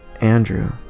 Andrew